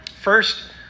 first